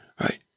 right